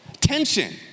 tension